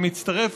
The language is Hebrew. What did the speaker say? אני מצטרף,